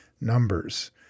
numbers